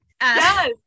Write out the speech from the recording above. Yes